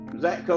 Zach